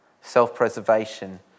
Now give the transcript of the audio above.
Self-preservation